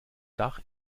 dach